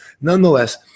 Nonetheless